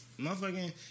Motherfucking